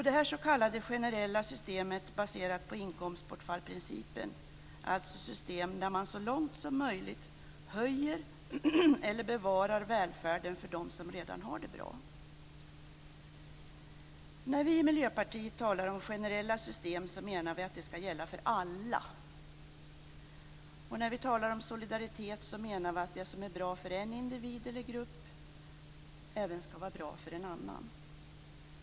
Det s.k. generella systemet, baserat på inkomstbortfallsprincipen, är alltså ett system där man så långt som möjligt höjer eller bevarar välfärden för dem som redan har det bra. När vi i Miljöpartiet talar om generella system menar vi att de skall gälla för alla. Och när vi talar om solidaritet menar vi att det som är bra för en individ eller grupp även skall vara bra för en annan.